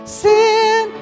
sin